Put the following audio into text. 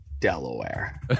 Delaware